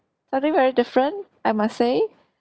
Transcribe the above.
something very different I must say